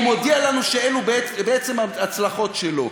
הוא מודיע לנו שאלו בעצם הצלחות שלו.